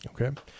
Okay